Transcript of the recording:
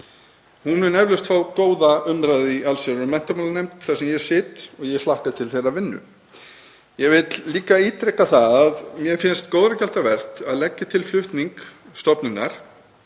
Hún mun eflaust fá góða umræðu í allsherjar- og menntamálanefnd þar sem ég sit og ég hlakka til þeirrar vinnu. Ég vil líka ítreka það að mér finnst góðra gjalda vert að leggja til flutning stofnunar